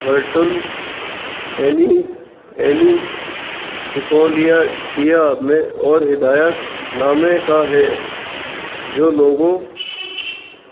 ورٹل اینی اینی سپولیا ڈیا میں اور ہدایت نامے کا ہے جو لوگوں